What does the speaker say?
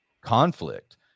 conflict